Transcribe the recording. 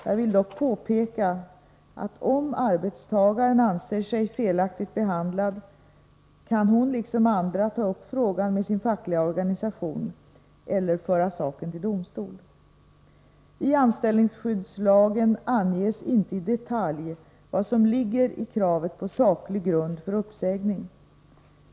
Jag vill dock påpeka att om arbetstagaren anser sig felaktigt behandlad kan hon liksom andra ta upp frågan med sin fackliga organisation eller föra saken till domstol. I anställningsskyddslagen anges inte i detalj vad som ligger i kravet på saklig grund för uppsägning.